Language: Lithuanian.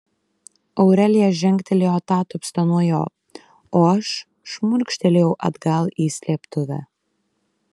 aurelija žengtelėjo atatupsta nuo jo o aš šmurkštelėjau atgal į slėptuvę